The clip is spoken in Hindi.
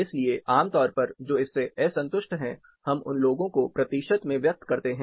इसलिए आमतौर पर जो इससे असंतुष्ट हैं हम उन लोगों को प्रतिशत में व्यक्त करते हैं